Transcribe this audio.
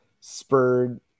spurred